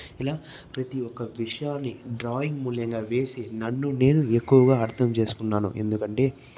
ఇలా ప్రతి ఒక్క విషయాన్ని డ్రాయింగ్ మూల్యంగా వేసి నన్ను నేను ఎక్కువగా అర్థం చేసుకున్నాను ఎందుకంటే